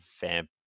vamp